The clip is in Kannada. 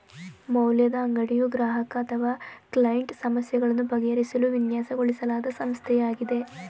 ಮೌಲ್ಯದ ಅಂಗಡಿಯು ಗ್ರಾಹಕ ಅಥವಾ ಕ್ಲೈಂಟ್ ಸಮಸ್ಯೆಗಳನ್ನು ಬಗೆಹರಿಸಲು ವಿನ್ಯಾಸಗೊಳಿಸಲಾದ ಸಂಸ್ಥೆಯಾಗಿದೆ